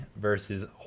versus